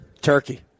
turkey